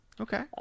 okay